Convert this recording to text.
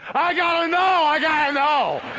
i got to know! i got to know!